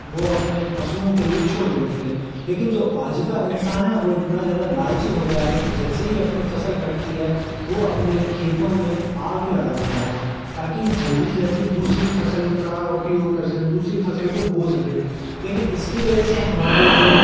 वो अपने पशुओं के लिए छोड़ देते थे लेकिन जो आज का इंसान है वो इतना ज्यादा लालची हो गया है कि जैसे ही अपनी फसल कटती है वो अपने खेतों में आग लगा देता है ताकि जल्दी से जल्दी दूसरी फसल का उपयोग कर सके दूसरी फसल को बो सके लेकिन इसकी वजह से हमारे जो